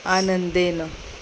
आनन्देन